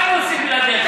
מה היינו עושים בלעדיך?